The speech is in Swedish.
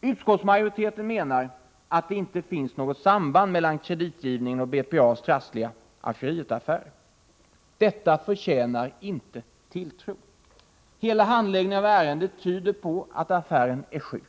Utskottsmajoriteten menar att det inte finns något samband mellan kreditgivningen och BPA:s trassliga Algerietaffärer. Detta förtjänar inte tilltro. Hela handläggningen av ärendet tyder på att affären är sjuk.